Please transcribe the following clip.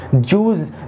Jews